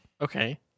Okay